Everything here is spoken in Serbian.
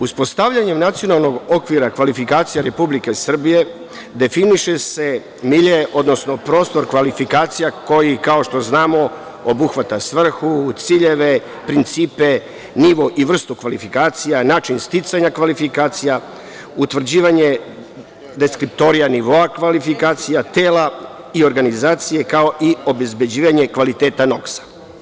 Uspostavljanje Nacionalnog okvira kvalifikacija Republike Srbije definiše se milje, odnosno prostor kvalifikacija koji, kao što znamo, obuhvata svrhu, ciljeve, principe, nivo i vrstu kvalifikacija, način sticanja kvalifikacija, utvrđivanje deskriptorija nivoa kvalifikacija, tela i organizacije, kao i obezbeđivanje kvaliteta NOKS-a.